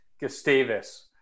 Gustavus